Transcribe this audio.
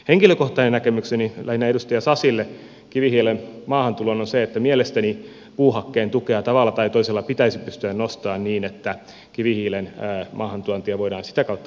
henkilökohtainen näkemykseni lähinnä edustaja sasille kivihiilen maahantuloon on se että mielestäni puuhakkeen tukea tavalla tai toisella pitäisi pystyä nostamaan niin että kivihiilen maahantuontia voidaan sitä kautta vähentää